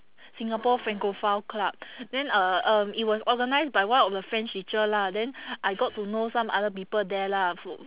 singapore francophile club then uh um it was organised by one of the french teacher lah then I got to know some other people there lah f~